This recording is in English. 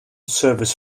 service